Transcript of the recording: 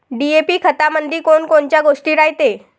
DAP खतामंदी कोनकोनच्या गोष्टी रायते?